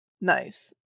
nice